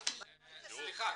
--- סליחה,